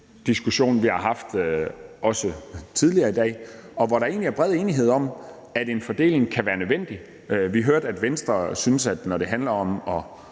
diskussion, vi har haft også tidligere i dag, hvor der egentlig er bred enighed om, at en fordeling kan være nødvendig. Vi hørte, at Venstre synes, at når det handler om at